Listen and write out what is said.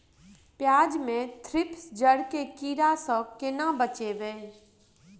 प्याज मे थ्रिप्स जड़ केँ कीड़ा सँ केना बचेबै?